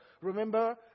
remember